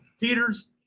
Peter's